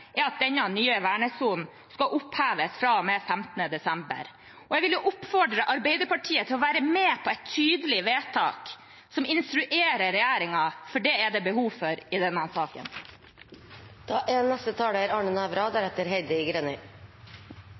er at denne nye vernesonen skal oppheves fra og med 15. desember. Jeg vil oppfordre Arbeiderpartiet til å være med på et tydelig vedtak som instruerer regjeringen, for det er det behov for i denne saken. Representanten Borch sier at det er